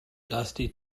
dusty